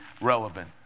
relevant